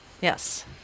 yes